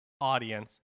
audience